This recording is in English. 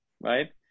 Right